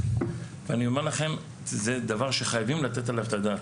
אני אומר לכם, זה דבר שחייבים לתת עליו את הדעת.